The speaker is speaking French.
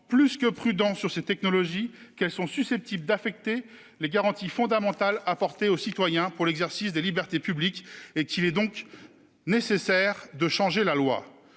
plus que prudente sur ces technologies, en indiquant qu'elles sont susceptibles d'affecter les garanties fondamentales apportées aux citoyens pour l'exercice des libertés publiques et qu'il serait donc nécessaire de changer la loi